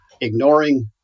ignoring